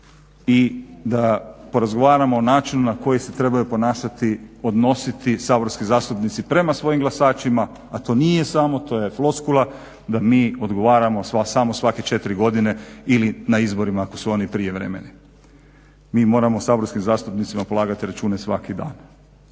i da porazgovaramo o način na koji se trebaju ponašati, odnositi saborski zastupnici prema svojim glasačima, a to nije samo. To je floskula da mi odgovaramo samo svake četiri godine ili na izborima ako su oni prijevremeni. Mi moramo saborskim zastupnicima polagati račune svaki dan.